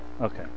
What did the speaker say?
Okay